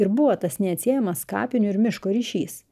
ir buvo tas neatsiejamas kapinių ir miško ryšys